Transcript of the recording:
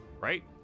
right